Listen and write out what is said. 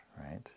right